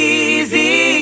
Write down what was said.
easy